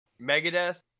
Megadeth